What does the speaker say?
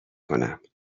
کنم